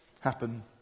happen